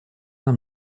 нам